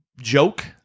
joke